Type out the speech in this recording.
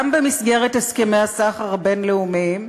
גם במסגרת הסכמי הסחר הבין-לאומיים,